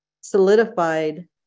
solidified